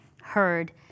heard